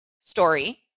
story